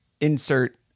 insert